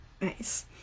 Nice